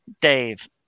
Dave